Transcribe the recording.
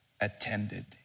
attended